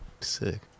Sick